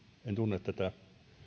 en tunne tätä